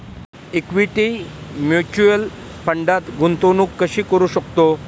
Equity mutual फंडात गुंतवणूक कशी करू शकतो?